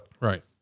Right